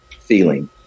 feeling